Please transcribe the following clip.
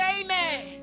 amen